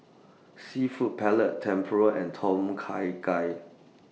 Seafood Paella Tempura and Tom Kha Gai